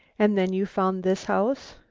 and then you found this house.